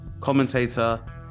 commentator